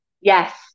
Yes